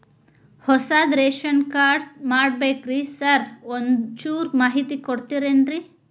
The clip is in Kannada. ಹೊಸದ್ ರೇಶನ್ ಕಾರ್ಡ್ ಮಾಡ್ಬೇಕ್ರಿ ಸಾರ್ ಒಂಚೂರ್ ಮಾಹಿತಿ ಕೊಡ್ತೇರೆನ್ರಿ?